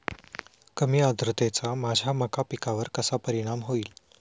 कमी आर्द्रतेचा माझ्या मका पिकावर कसा परिणाम होईल?